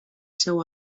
seu